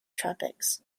tropics